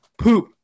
poop